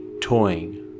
toying